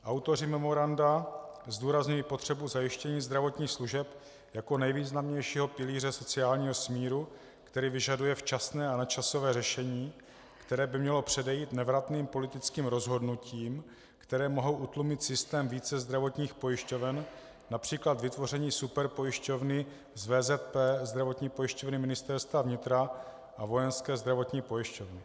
Autoři memoranda zdůrazňují potřebu zajištění zdravotních služeb jako nejvýznamnějšího pilíře sociálního smíru, který vyžaduje včasné a nadčasové řešení, které by mělo předejít nevratným politickým rozhodnutím, která mohou utlumit systém více zdravotních pojišťoven, např. vytvoření superpojišťovny z VZP, Zdravotní pojišťovny Ministerstva vnitra a Vojenské zdravotní pojišťovny.